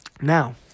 Now